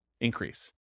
increase